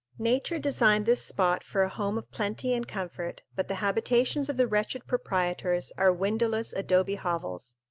nature designed this spot for a home of plenty and comfort, but the habitations of the wretched proprietors are windowless adobe hovels,